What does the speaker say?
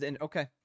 okay